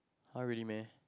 !huh! really meh